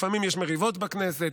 לפעמים יש מריבות בכנסת,